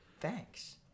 Thanks